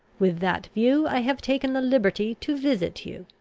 with that view i have taken the liberty to visit you.